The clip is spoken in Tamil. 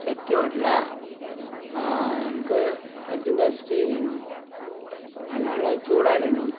சக்தி ஹோட்டலா எனக்கு அர்ஜென்டாக டீ வேணும் நல்லா சூடாக வேணும்